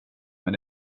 med